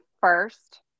first